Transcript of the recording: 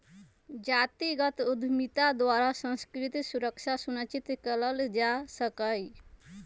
जातिगत उद्यमिता द्वारा सांस्कृतिक सुरक्षा सुनिश्चित कएल जा सकैय